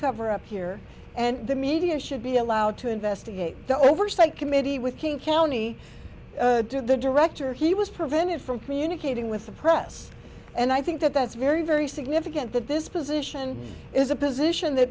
cover up here and the media should be allowed to invest the oversight committee with king county did the director he was prevented from communicating with the press and i think that that's very very significant that this position is a position that